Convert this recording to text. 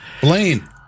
Blaine